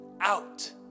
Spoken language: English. out